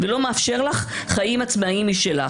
ולא מאפשר לי חיים עצמאיים משלי.